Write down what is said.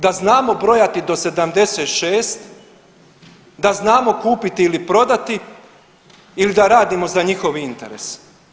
Da znamo brojati do 76, da znamo kupiti ili prodati ili da radimo za njihov interes.